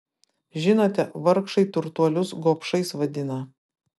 žinote vargšai turtuolius gobšais vadina